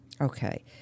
Okay